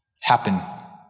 happen